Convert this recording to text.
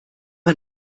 man